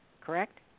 Correct